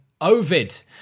Ovid